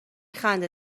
خنده